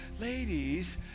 ladies